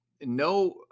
no